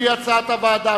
לפי הצעת הוועדה.